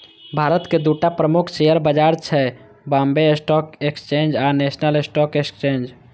भारतक दूटा प्रमुख शेयर बाजार छै, बांबे स्टॉक एक्सचेंज आ नेशनल स्टॉक एक्सचेंज